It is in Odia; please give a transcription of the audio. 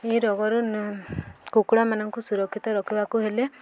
ଏହି ରୋଗରୁ କୁକୁଡ଼ାମାନଙ୍କୁ ସୁରକ୍ଷିତ ରଖିବାକୁ ହେଲେ